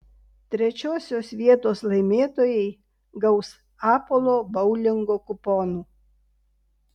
trečiosios vietos laimėtojai gaus apolo boulingo kuponų